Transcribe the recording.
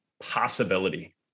possibility